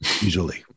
Usually